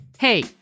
Hey